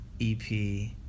EP